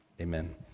Amen